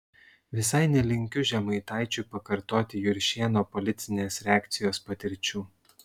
visai nelinkiu žemaitaičiui pakartoti juršėno politinės reakcijos patirčių